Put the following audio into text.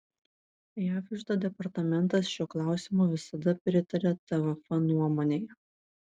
jav iždo departamentas šiuo klausimu visada pritarė tvf nuomonei